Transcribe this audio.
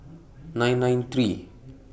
nine nine three